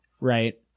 right